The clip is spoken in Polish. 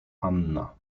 anna